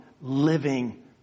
living